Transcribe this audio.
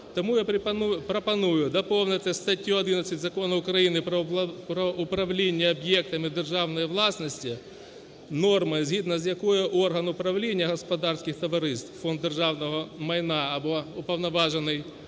Тому я пропоную доповнити стаття 11 Закону України "Про управління об'єктами державної власності" норму, згідно з якою орган управління господарських товариств: Фонд державного майна або уповноважений орган